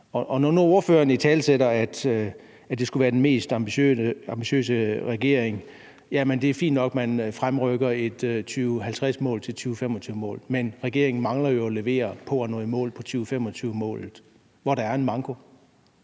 når nu ordføreren italesætter, at det skulle være den mest ambitiøse regering, vil jeg sige, at det jo er fint nok, at man fremrykker et 2050-mål til et 2025-mål. Men regeringen mangler jo at levere på at nå i mål på 2025-målet, hvor der er en manko.